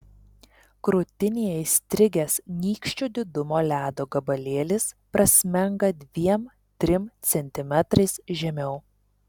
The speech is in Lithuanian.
krūtinėje įstrigęs nykščio didumo ledo gabalėlis prasmenga dviem trim centimetrais žemiau